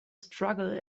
struggle